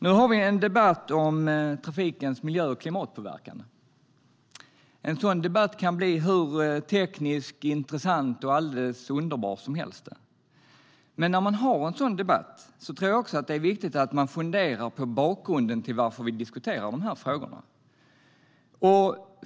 Nu har vi en debatt om trafikens miljö och klimatpåverkan. En sådan debatt kan bli hur teknisk och intressant som helst och alldeles underbar. Men om man har en sådan debatt tror jag också att det är viktigt att man funderar på bakgrunden till varför vi diskuterar de här frågorna.